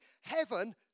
heaven